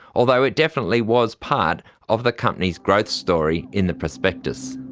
although it definitely was part of the company's growth story in the prospectus.